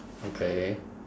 okay